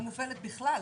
לא מופעלת בכלל.